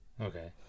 Okay